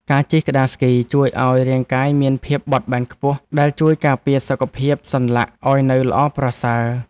ការជិះក្ដារស្គីជួយឱ្យរាងកាយមានភាពបត់បែនខ្ពស់ ដែលជួយការពារសុខភាពសន្លាក់ឱ្យនៅល្អប្រសើរ។